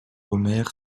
omer